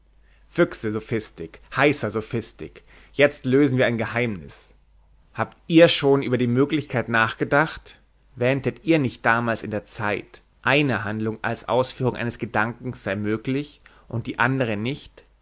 füchse sophistik heißa sophistik jetzt lösen wir ein geheimnis habt ihr schon über die möglichkeit nachgedacht wähntet ihr nicht damals in der zeit eine handlung als ausführung eines gedankens sei möglich und die andere nicht